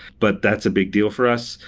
but that's a big deal for us.